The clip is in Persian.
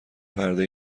پرده